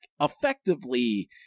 effectively